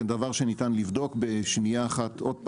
זה דבר שניתן לבדוק בשנייה אחת, עוד פעם,